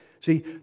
See